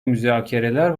müzakereler